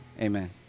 amen